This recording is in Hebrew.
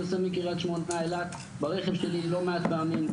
אני נוסע מקריית שמונה אילת ברכב שלי לא מעט פעמים,